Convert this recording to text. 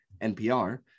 NPR